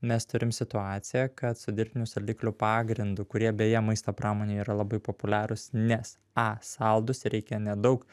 mes turim situaciją kad su dirbtinių saldiklių pagrindu kurie beje maisto pramonėje yra labai populiarūs nes a saldūs reikia nedaug